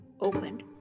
opened